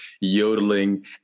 yodeling